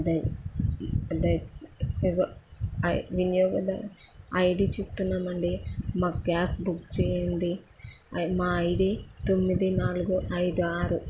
వినియోగదారు I D చెప్తున్నామండి మా గ్యాస్ బుక్ చేయండి మా ఐ డీ తొమ్మిది నాలుగు ఐదు ఆరు